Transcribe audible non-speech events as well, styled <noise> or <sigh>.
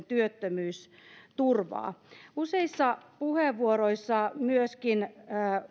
<unintelligible> työttömyysturvaa useissa puheenvuoroissa myöskin